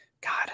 God